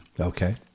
Okay